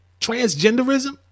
transgenderism